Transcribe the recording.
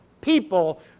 people